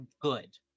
good